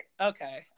Okay